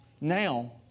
now